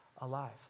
alive